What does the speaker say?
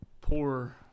poor